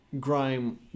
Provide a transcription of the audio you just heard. grime